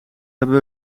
hebben